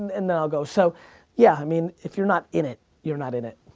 and then i'll go, so yeah, i mean if you're not in it, you're not in it.